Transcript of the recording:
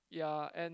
ya and